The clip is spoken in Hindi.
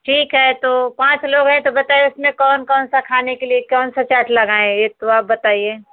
ठीक है तो पाँच लोग है तो बताये उसमें कौन कौन सा खाने के लिये कौन सा चाट लगाएं ये तो आप बताइये